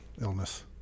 illness